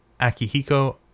akihiko